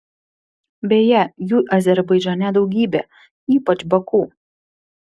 beje jų azerbaidžane daugybė ypač baku